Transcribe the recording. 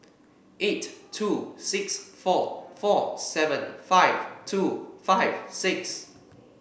eight two six four four seven five two five six